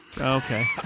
Okay